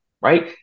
right